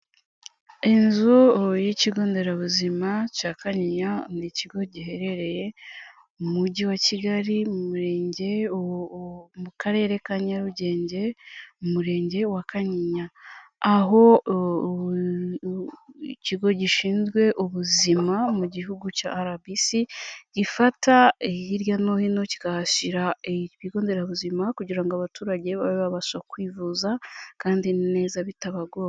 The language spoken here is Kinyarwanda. Inzu y'ikigo nderabuzima cya Kanyinya. Ni ikigo giherereye mu Mujyi wa Kigali, mu murenge, mu Karere ka Nyarugenge, mu Murenge wa Kanyinya, aho Ikigo gishinzwe Ubuzima mu Gihugu cya RBC, gifata hirya no hino kikahashyira ibigo nderabuzima kugira ngo abaturage babe babasha kwivuza kandi neza, bitabagoye.